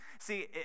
See